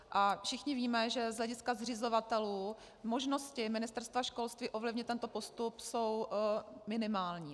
A všichni víme, že z hlediska zřizovatelů možnosti Ministerstva školství ovlivnit tento postup jsou minimální.